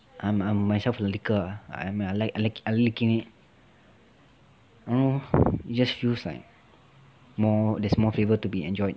I'm I'm myself a licker ah I I'm I like I like licking it I don't know it just feels like more there's more flavour to be enjoyed